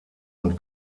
und